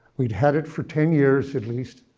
we'd had it for ten years at least.